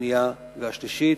השנייה והשלישית.